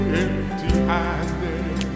empty-handed